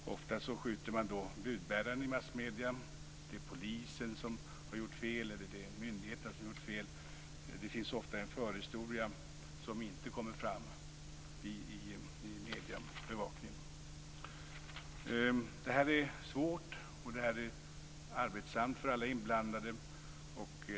Ofta skjuter man då på budbäraren i massmedierna. Det är polisen eller myndigheterna som har gjort fel. Det finns ofta en förhistoria som inte kommer fram i mediebevakningen. Det här är svårt och arbetsamt för alla inblandade.